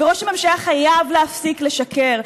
וראש הממשלה חייב להפסיק לשקר.